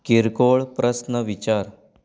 किरकोळ प्रस्न विचार